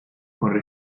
con